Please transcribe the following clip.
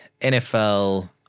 NFL